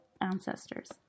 ancestors